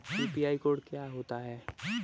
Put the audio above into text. UPI code क्या होता है?